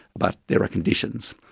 but there are conditions.